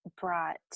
brought